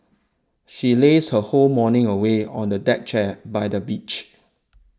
she lazed her whole morning away on a deck chair by the beach